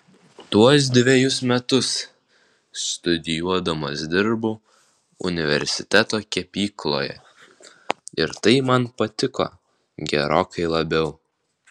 tuos dvejus metus studijuodamas dirbau universiteto kepykloje ir tai man patiko gerokai labiau